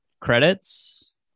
credits